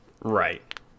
right